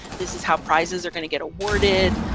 this is how prizes are going to get awarded.